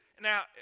Now